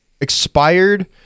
expired